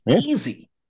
Easy